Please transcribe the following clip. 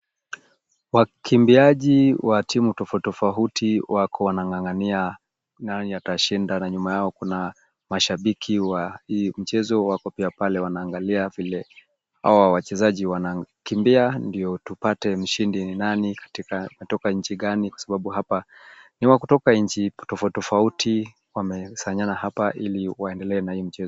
Wakimbiaji wa timu tofauti tofauti wako wanang'ang'ania nani atashinda na nyuma yao kuna mashabiki wa hii mchezo, wako pia pale wanaangalia vile hawa wachezaji wanakimbia ndio tupate mshindi ni nani, anatoka nchi gani, kwa sababu hapa ni wa kutoka nchi tofauti tofauti wamekusanyana hapa ili waendelee na hii mchezo.